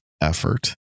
effort